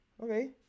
okay